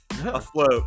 afloat